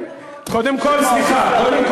אנחנו ניתן לך עוד שני שמות.